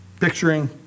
picturing